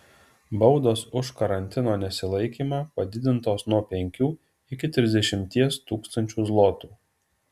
baudos už karantino nesilaikymą padidintos nuo penkių iki trisdešimties tūkstančių zlotų